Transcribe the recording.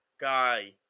guy